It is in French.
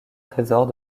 trésors